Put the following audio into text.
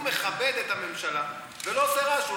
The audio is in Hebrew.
הוא מכבד את הממשלה ולא עושה רעש.